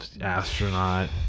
astronaut